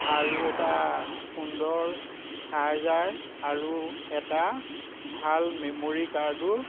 আৰু এটা সুন্দৰ চাৰ্জাৰ আৰু এটা ভাল মেমৰী কাৰ্ডো